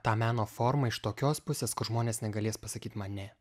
tą meno formą iš tokios pusės kad žmonės negalės pasakyt man ne